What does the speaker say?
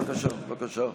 בבקשה.